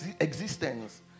existence